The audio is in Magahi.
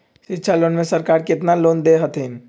शिक्षा लोन में सरकार केतना लोन दे हथिन?